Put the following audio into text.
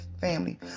family